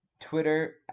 Twitter